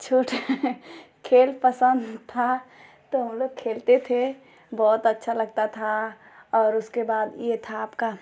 छोटे खेल पसन्द था तो हमलोग खेलते थे बहुत अच्छा लगता था और उसके बाद यह था आपका